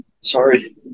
Sorry